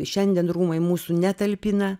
šiandien rūmai mūsų netalpina